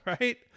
right